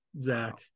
Zach